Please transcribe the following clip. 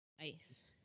Nice